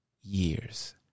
years